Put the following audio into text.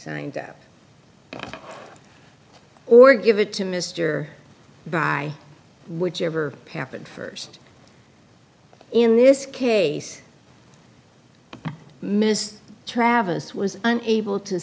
signed up or give it to mr by which ever happened first in this case mr travis was unable to